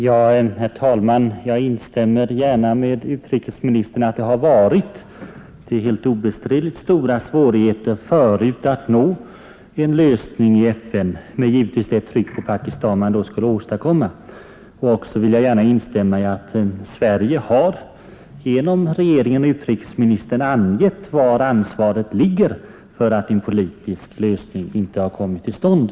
Herr talman! Jag instämmer gärna med utrikesministern i att det har varit — det är helt obestridligt — stora svårigheter att tidigare nå en lösning i FN med det tryck på Pakistan som borde åstadkommas. Jag vill också instämma i att Sverige genom regeringen och utrikesministern angivit var ansvaret ligger för att en politisk lösning inte har kommit till stånd.